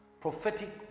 prophetic